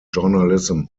journalism